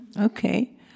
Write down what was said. Okay